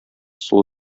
сылу